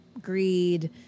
greed